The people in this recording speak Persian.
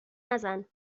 نزن